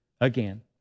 again